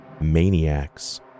maniacs